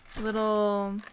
little